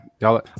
y'all